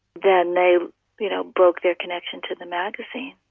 then they you know broke their connection to the magazine.